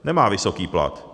Nemá vysoký plat.